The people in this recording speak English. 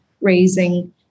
raising